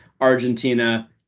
Argentina